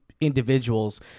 individuals